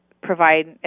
provide